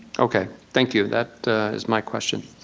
okay, thank you, that is my question.